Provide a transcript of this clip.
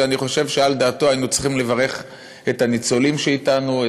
אני חושב שעל דעתו היינו צריכים לברך את הניצולים שאתנו,